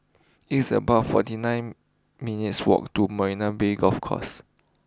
it's about forty nine minutes' walk to Marina Bay Golf Course